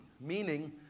Meaning